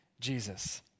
Jesus